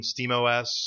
SteamOS